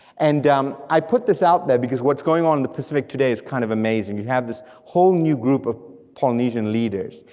and um i put this out there because what's going on in the pacific today is kind of amazing, you have this whole new group of polynesian leaders,